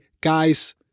guys